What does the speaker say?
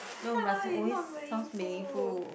no you must always sounds meaningful